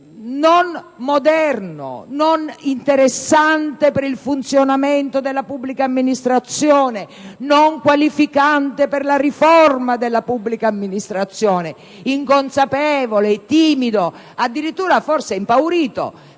non moderno, non interessante per il funzionamento della pubblica amministrazione e non qualificante per la riforma della pubblica amministrazione; è un approccio inconsapevole, timido, addirittura forse impaurito